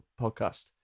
podcast